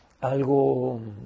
algo